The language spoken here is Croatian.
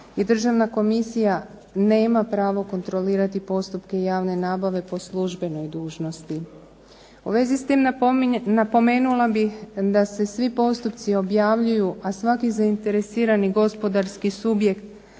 Državna komisija nema pravo kontrolirati postupke javne nabave po službenoj dužnosti. U vezi s tim napomenula bih da se svi postupci objavljuju, a svaki zainteresirani gospodarski subjekt